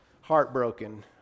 heartbroken